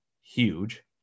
huge